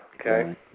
okay